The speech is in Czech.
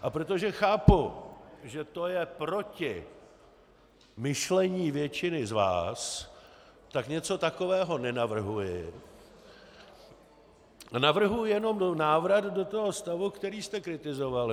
A protože chápu, že to je proti myšlení většiny z vás, tak něco takového nenavrhuji a navrhuji jenom návrat do toho stavu, který jste kritizovali.